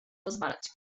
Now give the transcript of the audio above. pozwalać